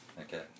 Okay